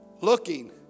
looking